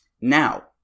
Now